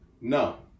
No